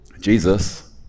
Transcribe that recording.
Jesus